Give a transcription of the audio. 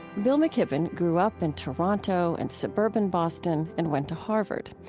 bill mckibben grew up in toronto and suburban boston and went to harvard.